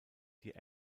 die